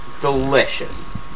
delicious